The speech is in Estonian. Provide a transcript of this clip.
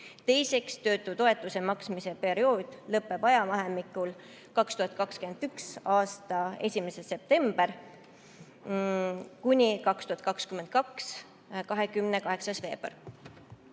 teiseks, töötutoetuse maksmise periood lõpeb ajavahemikul 2021. aasta 1. september kuni 2022. aasta 28.